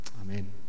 Amen